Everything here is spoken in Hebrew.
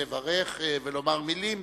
לברך ולומר מלים,